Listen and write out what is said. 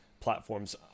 platforms